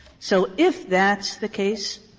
so if that's the case,